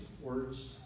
Words